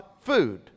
food